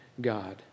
God